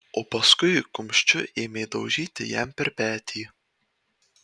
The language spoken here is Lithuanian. o paskui kumščiu ėmė daužyti jam per petį